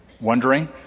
wondering